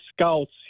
scouts